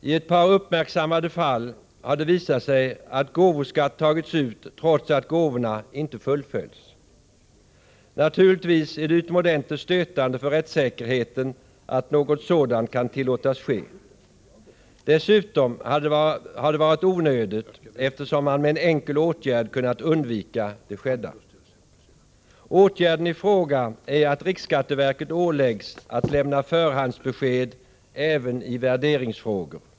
I ett par uppmärksammade fall har det visat sig att gåvoskatt har tagits ut trots att gåvorna inte har fullföljts. Naturligtvis är det utomordentligt stötande för rättssäkerheten att något sådant kan tillåtas ske. Dessutom har det varit onödigt, eftersom man med en enkel åtgärd hade kunnat undvika det skedda. Åtgärden i fråga är att riksskatteverket åläggs att lämna förhandsbesked även i värderingsfrågor.